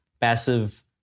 passive